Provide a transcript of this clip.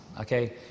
okay